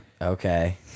okay